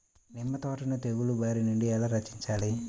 నిమ్మ తోటను తెగులు బారి నుండి ఎలా రక్షించాలి?